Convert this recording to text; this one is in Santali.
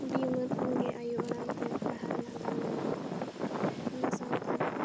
ᱵᱤ ᱩᱢᱮᱨ ᱠᱷᱚᱱ ᱜᱮ ᱟᱭᱳ ᱟᱲᱟᱝ ᱛᱮ ᱯᱟᱲᱦᱟᱜ ᱨᱮᱭᱟᱜ ᱫᱟᱣ ᱞᱮ ᱧᱟᱢ ᱟᱠᱟᱫᱟ ᱚᱱᱟ ᱥᱟᱶᱛᱮ